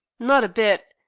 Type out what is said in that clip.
not a bit.